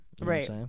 Right